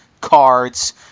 cards